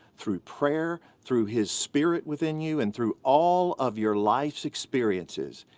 through prayer, through his spirit within you and through all of your life's experiences,